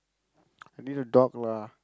I need a dog lah